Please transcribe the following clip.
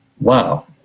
wow